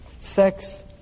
sex